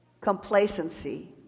complacency